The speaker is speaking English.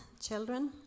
children